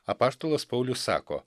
apaštalas paulius sako